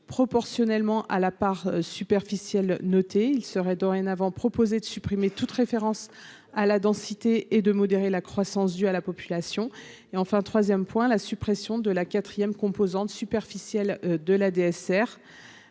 proportionnellement à l'appart superficiel noté il serait dorénavant proposé de supprimer toute référence à la densité et de modérer la croissance due à la population et enfin 3ème point la suppression de la 4ème, composante superficielle de la DSR